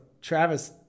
Travis